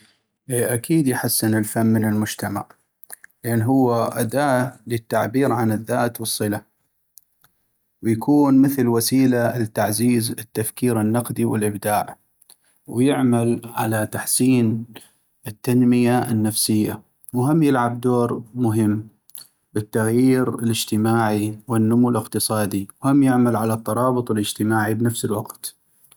اي اكيد يحسن الفن من المجتمع، لان هو اداة للتعبير عن الذات والصلة ،ويكون مثل وسيلة لتعزيز التفكير النقدي والابداع ،ويعمل على تحسين التنيمة النفسية، وهم يلعب دور مهم بالتغيير الاجتماعي والنمو الاقتصادي، وهم يعمل على الترابط الاجتماعي بنفس الوقت.